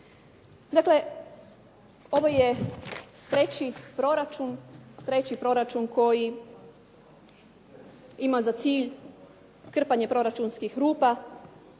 proračun, treći proračun koji ima za cilj krpanje proračunskih rupa,